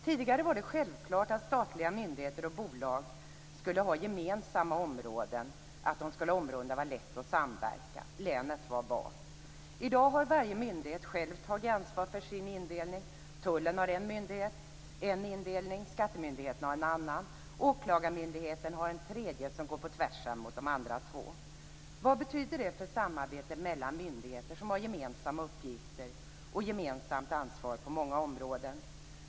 Tidigare var det självklart att statliga myndigheter och bolag skulle ha gemensamma områden där det var lätt att samverka. Länet var bas. I dag har varje myndighet självt tagit ansvar för sin indelning. Tullen har en indelning. Skattemyndigheterna har en annan. Åklagarmyndigheten har en tredje som går på tvärsen mot de andra två. Vad betyder det för samarbetet mellan myndigheter som har gemensamma uppgifter och gemensamt ansvar på många områden?